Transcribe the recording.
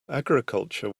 agriculture